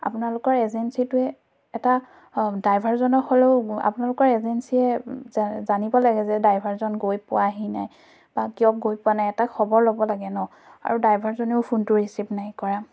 আপোনালোকৰ এজেঞ্চিটোয়ে এটা ড্ৰাইভাৰজনক হ'লেও আপোনালোকৰ এজেঞ্চিয়ে জানিব লাগে যে ড্ৰাইভাৰজন গৈ পোৱাহি নাই বা কিয় গৈ পোৱা নাই এটা খবৰ ল'ব লাগে ন আৰু দ্ৰাইভাৰজনেও ফোনটো ৰিচিভ নাই কৰা